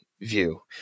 view